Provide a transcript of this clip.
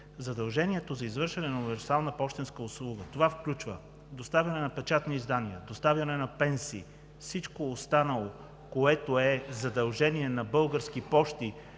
задължението за извършване на универсална пощенска услуга включва: доставяне на печатни издания, доставяне на пенсии. Всичко останало, което е задължение на Български пощи,